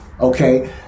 okay